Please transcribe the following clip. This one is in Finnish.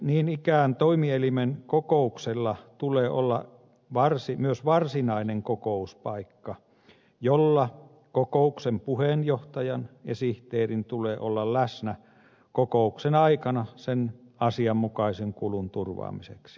niin ikään toimielimen kokouksella tulee olla myös varsinainen kokouspaikka jossa kokouksen puheenjohtajan ja sihteerin tulee olla läsnä kokouksen aikana sen asianmukaisen kulun turvaamiseksi